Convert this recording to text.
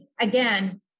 again